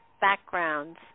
backgrounds